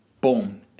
boom